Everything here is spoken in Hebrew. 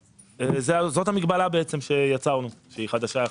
זאת המגבלה בעצם שיצרנו, שהיא חדשה יחסית,